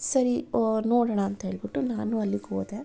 ಸರಿ ನೋಡೋಣ ಅಂತ ಹೇಳಿಬಿಟ್ಟು ನಾನೂ ಅಲ್ಲಿಗೋದೆ